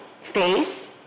face